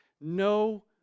No